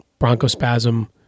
bronchospasm